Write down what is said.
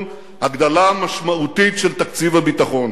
הגדלה משמעותית של תקציב הביטחון,